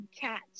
cats